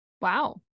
Wow